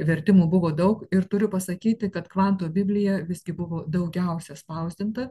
vertimų buvo daug ir turiu pasakyti kad kvanto biblija visgi buvo daugiausia spausdinta